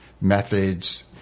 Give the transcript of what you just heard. methods